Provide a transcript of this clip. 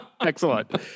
Excellent